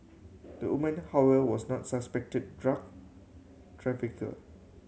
the woman however was not the suspected drug trafficker